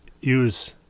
use